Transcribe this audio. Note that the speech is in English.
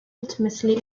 ultimately